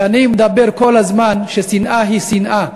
אני אומר כל הזמן ששנאה היא שנאה,